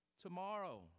tomorrow